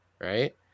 right